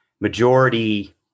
majority